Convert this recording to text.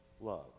Love